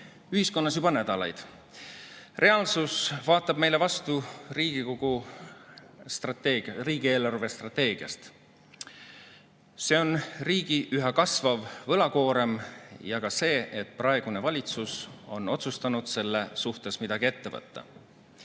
ühiskonnas juba nädalaid. Reaalsus vaatab meile vastu riigi eelarvestrateegiast. See on riigi üha kasvav võlakoorem ja ka see, et praegune valitsus on otsustanud selle suhtes midagi ette võtta.